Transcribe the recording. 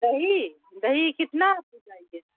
دہی دہی کتنا آپ کو چاہیے